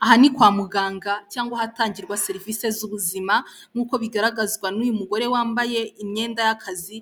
Aha ni kwa muganga cyangwa ahatangirwa serivisi z'ubuzima, nk'uko bigaragazwa n'uyu mugore wambaye imyenda y'akazi